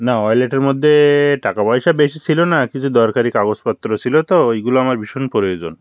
না ওয়লেটের মধ্যে টাকা পয়সা বেশি ছিল না কিছু দরকারি কাগজপত্র ছিল তো ওইগুলো আমার ভীষণ প্রয়োজন